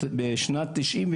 בשנת 1999,